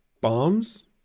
Bombs